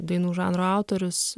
dainų žanro autorius